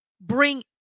bring